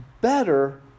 better